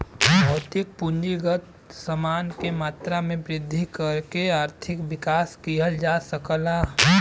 भौतिक पूंजीगत समान के मात्रा में वृद्धि करके आर्थिक विकास किहल जा सकला